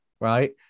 right